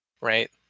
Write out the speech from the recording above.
right